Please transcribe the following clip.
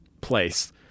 place